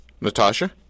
Natasha